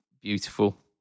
beautiful